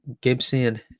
Gibson